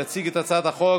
יציג את הצעת החוק